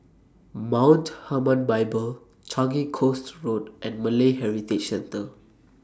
Mount Hermon Bible Changi Coast Road and Malay Heritage Centre